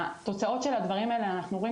התוצאות של הדברים האלה אנחנו רואים